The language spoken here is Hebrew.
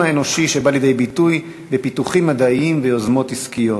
האנושי שבא לידי ביטוי בפיתוחים מדעיים ויוזמות עסקיות.